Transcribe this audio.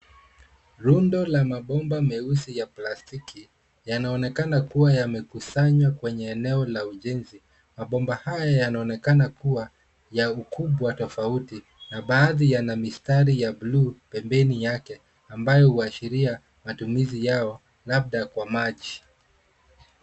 Rundo la mabomba meusi ya plastiki yanaonekana kuwa yamekusanywa kwenye eneo la ujenzi. Mabomba haya yanaonekana kuwa ya ukubwa tofauti na baadhi yana mistari ya buluu pembeni yake, ambayo huashiria matumizi yao labda kwa maji.